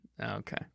Okay